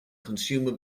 consumer